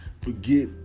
Forget